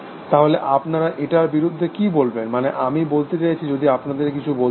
তাহলে আপনারা এটার বিরুদ্ধে কি বলবেন মানে আমি বলতে চাইছি যদি আপনাদের কিছু বলতে হয়